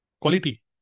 quality